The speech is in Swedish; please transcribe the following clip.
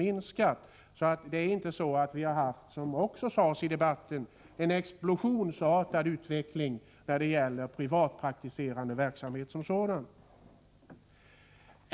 Vi har alltså inte haft, vilket också sagts i debatten, en explosionsartad utveckling när det gäller privatpraktiserande verksamhet.